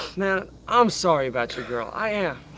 man, i'm sorry about your girl. i am.